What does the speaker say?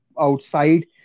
outside